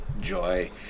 joy